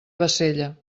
bassella